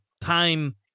time